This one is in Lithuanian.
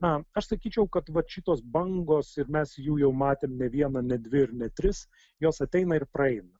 na aš sakyčiau kad vat šitos bangos ir mes jų jau matėm ne vieną ne dvi ir ne tris jos ateina ir praeina